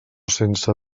sense